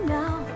now